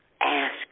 ask